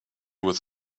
with